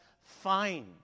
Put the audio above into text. fine